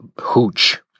hooch